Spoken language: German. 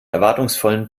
erwartungsvollen